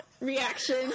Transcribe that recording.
reaction